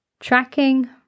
Tracking